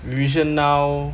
revision now